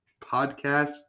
podcast